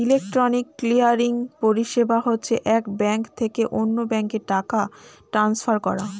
electronic clearing পরিষেবা হচ্ছে এক ব্যাঙ্ক থেকে অন্য ব্যাঙ্কে টাকা ট্রান্সফার করা